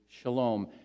shalom